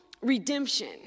redemption